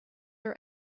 are